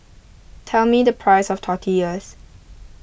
tell me the price of Tortillas